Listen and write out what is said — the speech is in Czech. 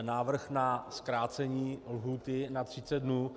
Návrh na zkrácení lhůty na 30 dnů.